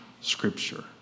Scripture